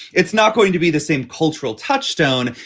it's not going to be the same cultural touchstone.